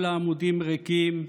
כל העמודים ריקים.